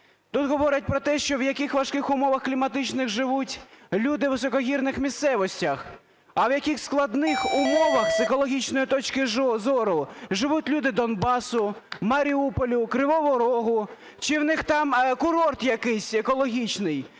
Тут говорять про те, що в яких важких умовах кліматичних живуть люди у високогірних місцевостях. А в яких складних умовах з екологічної точки зору живуть люди Донбасу, Маріуполя, Кривого Рогу, чи в них там курорт якийсь екологічний?